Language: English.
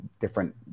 different